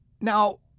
Now